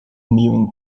mewing